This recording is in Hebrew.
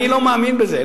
אני לא מאמין בזה,